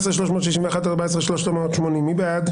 14,221 עד 14,240, מי בעד?